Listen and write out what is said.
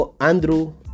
Andrew